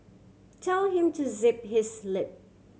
tell him to zip his lip